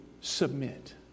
submit